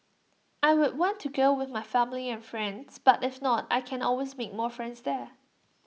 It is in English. I would want to go with my family and friends but if not I can always make more friends there